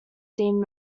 deemed